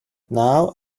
now